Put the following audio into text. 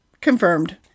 confirmed